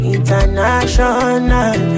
International